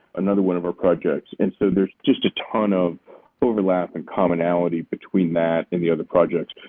another one of our projects. and so there's just a ton of overlapping commonalities between that and the other projects.